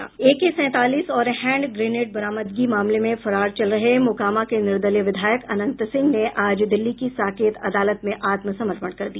एके सैंतालीस और hand grenade बरामदगी मामले में फरार चल रहे मोकामा के निर्दलीय विधायक अनंत सिंह ने आज दिल्ली की साकेत अदालत में आत्मसमर्पण कर दिया